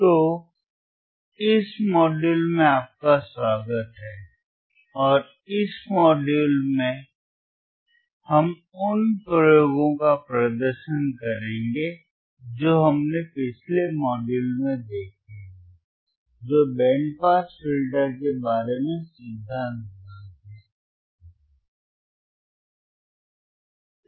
तो इस मॉड्यूल में आपका स्वागत है और इस मॉड्यूल में हम उन प्रयोगों का प्रदर्शन करेंगे जो हमने पिछले मॉड्यूल में देखे हैं जो बैंड पास फिल्टर के बारे में सिद्धांत भाग है